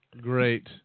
great